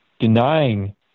denying